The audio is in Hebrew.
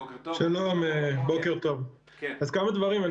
בוקר טוב, כמה דברים.